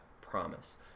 promise